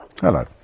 Hello